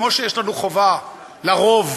כמו שיש חובה, לרוב,